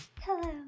Hello